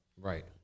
Right